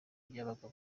byabaga